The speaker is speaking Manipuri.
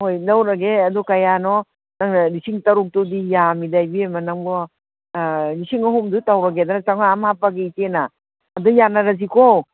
ꯍꯣꯏ ꯂꯧꯔꯒꯦ ꯑꯗꯨ ꯀꯌꯥꯅꯣ ꯅꯪꯅ ꯂꯤꯁꯤꯡ ꯇꯔꯨꯛ ꯇꯨꯗꯤ ꯌꯥꯝꯃꯤꯗ ꯏꯕꯦꯝꯃ ꯅꯪꯕꯣ ꯑꯥ ꯂꯤꯁꯤꯡ ꯑꯍꯨꯝꯗꯨ ꯇꯧꯔꯒꯦꯗꯅ ꯆꯥꯝꯃꯉꯥ ꯑꯃ ꯍꯥꯞꯄꯛꯑꯒꯦ ꯏꯆꯦꯅ ꯑꯗꯨ ꯌꯥꯅꯔꯁꯤꯀꯣ